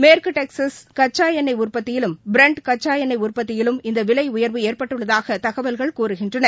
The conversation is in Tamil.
மேற்கு டெக்செஸ் கச்சா எண்ணெய் உற்பத்தியிலும் ப்ரண்ட் கச்சா எண்ணெய் உற்பத்தியிலும் இந்த விலை உயர்வு ஏற்பட்டுள்ளதாக தகவல்கள் கூறுகின்றன